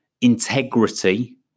Integrity